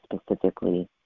specifically